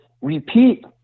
repeat